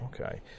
Okay